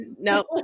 no